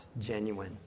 genuine